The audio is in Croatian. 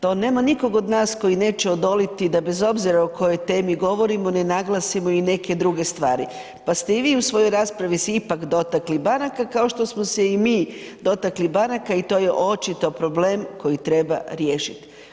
To nema nikog od nas koji neće odoliti da bez obzira o kojoj temi govorimo ne naglasimo i neke druge stvar pa ste i vi u svojoj raspravi se ipak dotakli banaka, kao što smo se i mi dotakli banaka i to je očito problem koji treba riješiti.